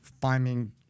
finding